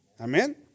Amen